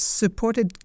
supported